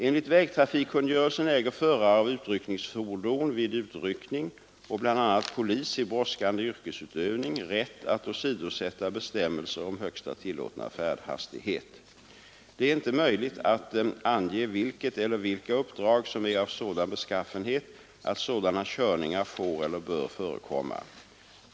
Enligt vägtrafikkungörelsen äger förare av utryckningsfordon vid utryckning och bl.a. polis i brådskande yrkesutövning rätt att åsidosätta bestämmelser om högsta tillåtna färdhastighet. Det är inte möjligt att ange vilket eller vilka uppdrag som är av sådan beskaffenhet att sådana körningar får eller bör förekomma.